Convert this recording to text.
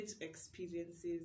experiences